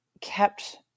kept